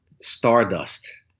stardust